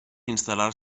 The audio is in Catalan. instal·lar